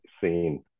seen